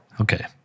Okay